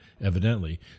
evidently